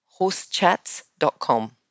horsechats.com